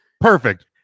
Perfect